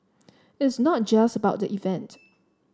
it's not just about the event